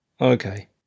Okay